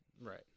Right